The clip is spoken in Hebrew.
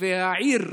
העיר רהט,